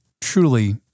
truly